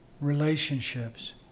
relationships